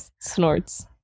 Snorts